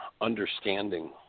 understanding